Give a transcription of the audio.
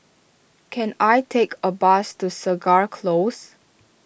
can I take a bus to Segar Close